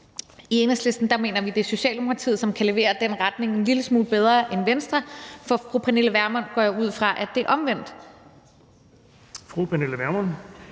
I Enhedslisten mener vi, at Socialdemokratiet kan levere den retning en lille smule bedre end Venstre, for fru Pernille Vermund, går jeg ud fra, er det omvendt.